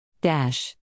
Dash